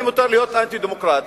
לי מותר להיות אנטי דמוקרטי,